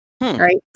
Right